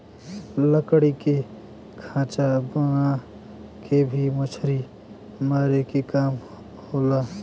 लकड़ी के खांचा बना के भी मछरी मारे क काम होला